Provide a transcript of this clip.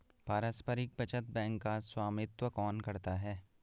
पारस्परिक बचत बैंक का स्वामित्व कौन करता है?